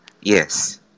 yes